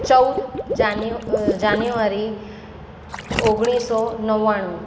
ચૌદ જાન્યુ જાન્યુવારી ઓગણીસો નવ્વાણું